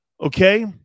Okay